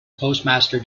postmaster